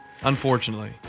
Unfortunately